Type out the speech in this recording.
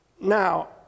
Now